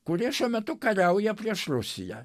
kurie šiuo metu kariauja prieš rusiją